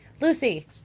Lucy